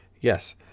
Yes